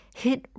hit